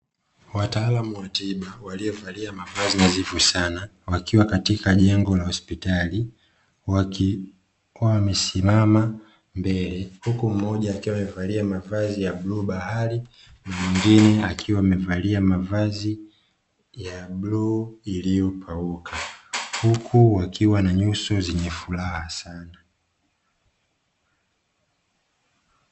Wataalamu wa tiba, waliovalia mavazi nadhifu sana, wakiwa katika jengo la hospitali, wakiwa wamesimama mbele, huku mmoja akiwa amevalia mavazi ya bluu bahari na mwingine akiwa amevalia mavazi ya bluu iliyopauka, huku wakiwa na nyuso zenye furaha sana.